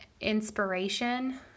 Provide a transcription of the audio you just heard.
inspiration